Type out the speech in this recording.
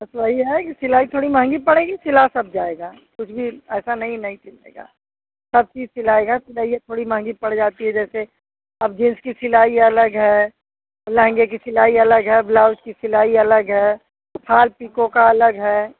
बस वही है कि सिलाई थोड़ी महंगी पड़ेगी सिला सब जाएगा कुछ भी ऐसा नहीं नहीं सिलेगा सब चीज़ सिलाएगा सिलाई ए थोड़ी महंगी पड़ जाती है जैसे अब जीन्स की सिलाई अलग हैं लहँगे की सिलाई अलग है ब्लाउज की सिलाई अलग है फाल पीको का अलग है